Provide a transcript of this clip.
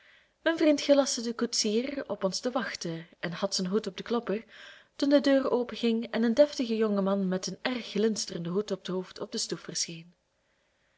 mijn vriend gelastte den koetsier op ons te wachten en had zijn hand op den klopper toen de deur openging en een deftige jonge man met een erg glinsterenden hoed op t hoofd op de stoep verscheen